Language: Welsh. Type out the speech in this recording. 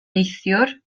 neithiwr